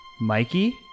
Mikey